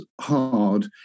hard